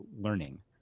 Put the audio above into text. learning